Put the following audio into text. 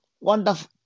wonderful